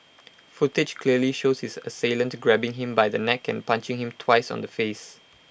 footage clearly shows his assailant grabbing him by the neck and punching him twice on the face